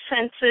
senses